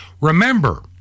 remember